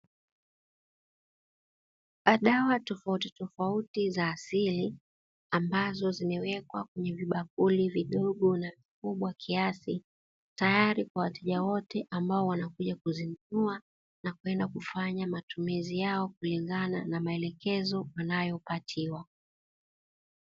Dawa tofautitofauti za asili ambazo zimewekwa kwenye vibakuli vidogo na vikubwa kiasi, tayari kwa wateja wote ambao wanakuja kuzinunua na kwenda kufanya matumizi yao kulingana na maelekezo wanayopatiwa.